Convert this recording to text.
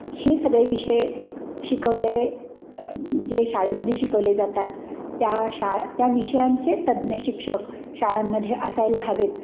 हे सगळे विषय शिकवले जे शाळेमध्ये शिकवले जातात त्या शा त्या विषयांचे तज्ज्ञ शिक्षक शाळांमध्ये असायला हवे आहेत